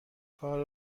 کار